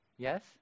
Yes